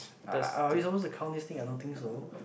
are are are we suppose to count this thing I don't think so